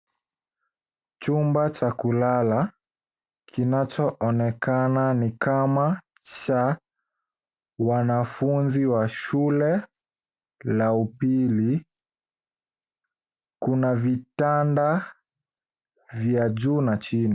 Chumba cha kulala kinachoonekana ni kama cha wanafunzi wa shule la upili, kuna vitanda vya juu na chini.